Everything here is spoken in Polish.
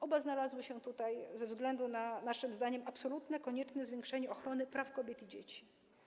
Oba znalazły się tutaj ze względu na naszym zdaniem absolutnie konieczne zwiększenie ochrony praw kobiet i dzieci.